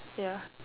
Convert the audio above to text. ya